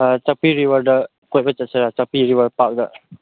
ꯆꯥꯛꯄꯤ ꯔꯤꯕꯔꯗ ꯀꯣꯏꯕ ꯆꯠꯁꯤꯔꯥ ꯆꯥꯛꯄꯤ ꯔꯤꯕꯔ ꯄꯥꯛꯇ